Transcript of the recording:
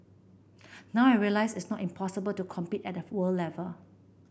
now I realise it's not impossible to compete at the world level